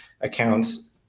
accounts